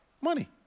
money